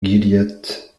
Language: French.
gilliatt